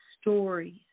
stories